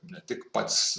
ne tik pats